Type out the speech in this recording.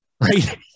Right